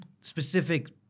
specific